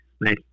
Nice